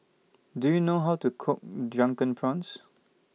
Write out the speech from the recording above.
Do YOU know How to Cook Drunken Prawns